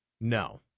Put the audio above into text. No